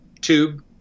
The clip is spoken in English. tube